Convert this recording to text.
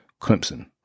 Clemson